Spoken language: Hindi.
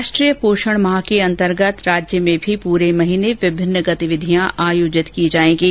राष्ट्रीय पोषण माह के अंतर्गत राज्य में भी पूरे महीने विभिन्न गतिविधिया आयोजित की जायेगीं